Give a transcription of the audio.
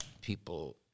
People